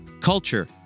culture